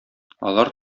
алар